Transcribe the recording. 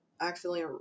accidentally